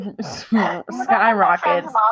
skyrockets